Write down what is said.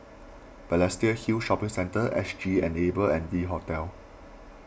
Balestier Hill Shopping Centre S G Enable and V Hotel